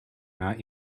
not